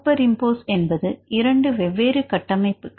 super impose என்பது 2 வெவ்வேறு கட்டமைப்புகள்